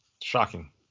Shocking